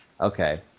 okay